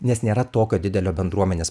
nes nėra tokio didelio bendruomenės